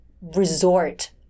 resort